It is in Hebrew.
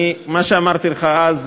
מה שאמרתי לך אז,